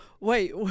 Wait